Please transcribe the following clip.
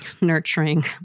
nurturing